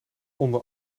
onder